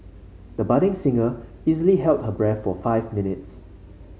the budding singer easily held her breath for five minutes